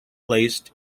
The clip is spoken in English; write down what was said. placed